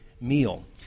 meal